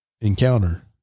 Encounter